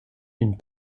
une